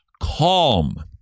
Calm